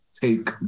Take